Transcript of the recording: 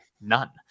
none